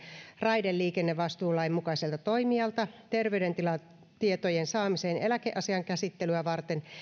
raideliikennevastuulain mukaiselta toimijalta terveydentilatietojen saamiseen eläkeasian käsittelyä varten